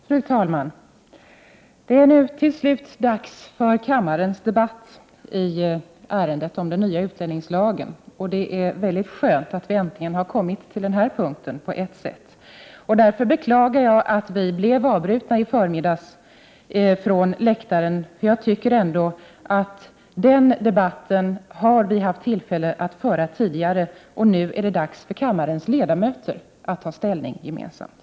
Fru talman! Det är nu till slut dags för kammarens debatt i ärendet om den nya utlänningslagen, och det är på ett sätt väldigt skönt att vi äntligen har kommit till den här punkten. Därför beklagar jag att vi blev avbrutna från läktaren i förmiddags; jag tycker ändå att den debatten har vi haft tillfälle att föra tidigare. Nu är det dags för kammarens ledamöter att ta ställning gemensamt.